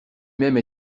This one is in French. même